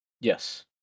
Yes